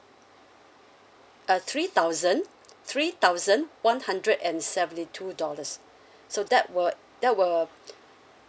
uh three thousand three thousand one hundred and seventy two dollars so that will that will